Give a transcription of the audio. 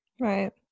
Right